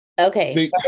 Okay